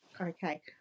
Okay